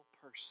person